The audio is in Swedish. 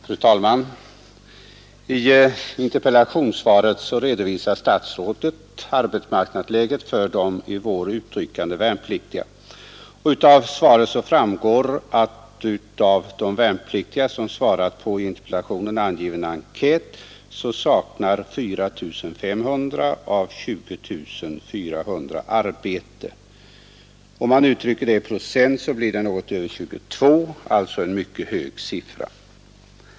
Fru talman! I interpellationssvaret redovisar inrikesministern arbetsmarknadsläget för de i vår utryckande värnpliktiga. Av svaret framgår att av de värnpliktiga, som svarat på den i svaret omnämnda enkäten, saknar 4 500 av totalt 20400 arbete. Det är i procent räknat över 22 >— en mycket hög siffra.